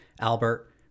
Albert